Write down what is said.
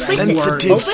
sensitive